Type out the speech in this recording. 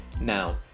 Now